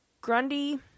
Grundy